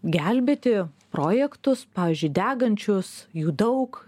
gelbėti projektus pavyzdžiui degančius jų daug